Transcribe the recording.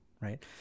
right